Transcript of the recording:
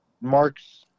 Mark's—